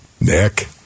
Nick